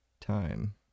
time